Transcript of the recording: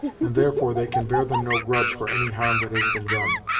and therefore they can bear them no grudge for any harm that has been done.